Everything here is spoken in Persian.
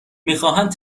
میخواهند